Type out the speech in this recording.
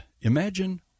Imagine